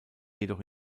jedoch